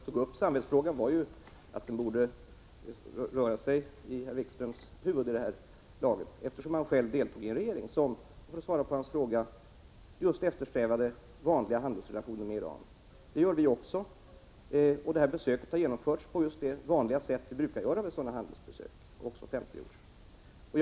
Herr talman! Skälet till att jag tog upp samvetsfrågan var att det borde röra sig i herr Wikströms huvud vid det här laget, eftersom han själv deltog i en regering som, för att svara på hans fråga, just eftersträvade vanliga handelsrelationer med Iran. Det gör vi också. Detta besök har genomförts på det sätt det vanligen brukas vid sådana handelsbesök, och även offentliggjorts.